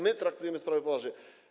My traktujemy sprawę poważnie.